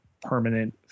permanent